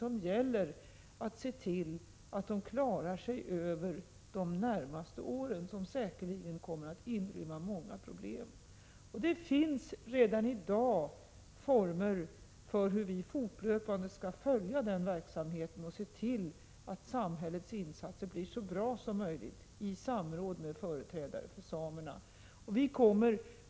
Det gäller att se till att samerna klarar sig över de närmaste åren, som säkerligen kommer att inrymma många problem. Redan i dag finns det former för hur vi fortlöpande skall följa den verksamheten och se till att samhällets insatser blir så bra som möjligt, i samråd med företrädare för samerna.